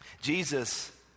Jesus